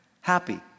happy